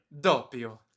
Doppio